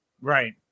Right